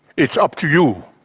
it's up to you